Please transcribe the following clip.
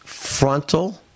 frontal